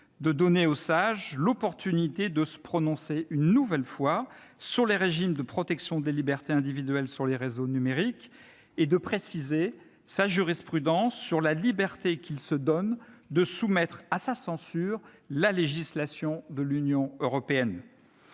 de donner aux Sages l'occasion de se prononcer une nouvelle fois sur le régime de protection des libertés individuelles sur les réseaux numériques et de préciser leur jurisprudence sur la liberté qu'ils se donnent de soumettre la législation de l'Union européenne